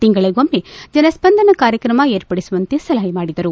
ತಿಂಗಳಗೊಮ್ನೆ ಜನ ಸ್ಪಂದನ ಕಾರ್ಯಕ್ರಮ ಏರ್ಪಡಿಸುವಂತೆ ಸಲಹೆ ಮಾಡಿದರು